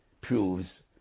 proves